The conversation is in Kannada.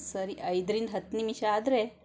ಸರಿ ಐದರಿಂದ ಹತ್ತು ನಿಮಿಷ ಆದರೆ